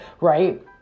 right